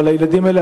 אבל הילדים האלה,